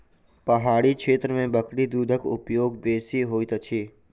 पहाड़ी क्षेत्र में बकरी दूधक उपयोग बेसी होइत अछि